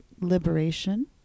liberation